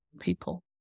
people